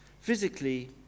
Physically